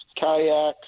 kayaks